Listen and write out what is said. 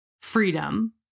freedom